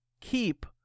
keep